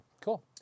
Cool